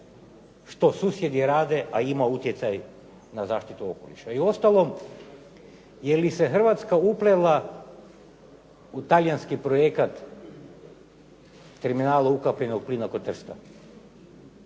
što susjedi rade, a ima utjecaj za na zaštitu okoliša. I uostalom, je li se Hrvatska uplela u talijanski projekt terminala ukapljenog plina kod Trsta?